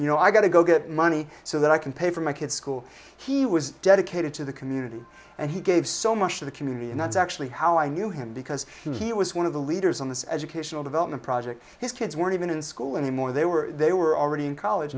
you know i got to go get money so that i can pay for my kid's school he was dedicated to the community and he gave so much to the community and that's actually how i knew him because he was one of the leaders on this educational development project his kids weren't even in school anymore they were they were already in college